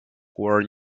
war